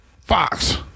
Fox